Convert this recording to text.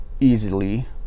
easily